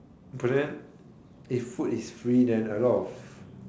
but then if food is free then a lot of